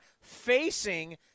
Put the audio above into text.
facing